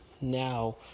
now